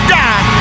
die